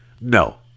No